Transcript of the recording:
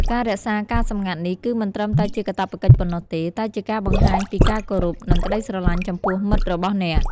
ការរក្សាការសម្ងាត់នេះគឺមិនត្រឹមតែជាកាតព្វកិច្ចប៉ុណ្ណោះទេ តែជាការបង្ហាញពីការគោរព និងក្តីស្រឡាញ់ចំពោះមិត្តរបស់អ្នក។